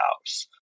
house